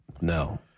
No